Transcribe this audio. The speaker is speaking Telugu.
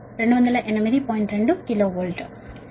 2 KV